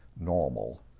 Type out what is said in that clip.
normal